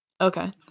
okay